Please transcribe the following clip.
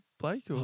Blake